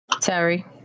Terry